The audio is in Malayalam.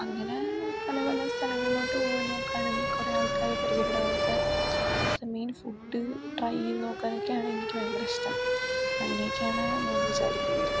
അങ്ങനെ പല പല സ്ഥലങ്ങളിലോട്ട് പോയി നോക്കാനും കുറേ ആൾക്കാരെ പരിചയപ്പെടാനും അവിടുത്തെ അവിടുത്തെ മെയിൻ ഫുഡ് ട്രൈ ചെയ്തു നോക്കാൻ ഒക്കെയാണ് എനിക്ക് ഭയങ്കര ഇഷ്ടം അങ്ങനെയൊക്കെയാണ് ഞാൻ വിചാരിക്കുന്നത്